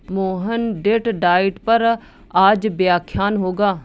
मोहन डेट डाइट पर आज व्याख्यान होगा